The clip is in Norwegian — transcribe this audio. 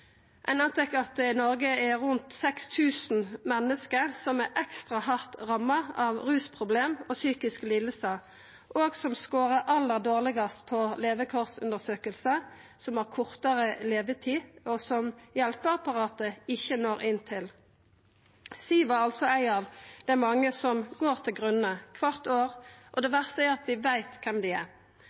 Ein antar at det i Noreg er rundt 6 000 menneske som er ekstra hardt ramma av rusproblem og psykiske lidingar, som skårar aller dårlegast på levekårundersøkingar, som har kortare levetid, og som hjelpeapparatet ikkje når inn til. Siw var altså ei av de mange som går til grunne kvart år, og det verste er at vi veit kven dei er.